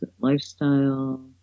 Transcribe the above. Lifestyle